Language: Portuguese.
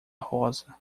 rosa